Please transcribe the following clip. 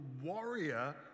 warrior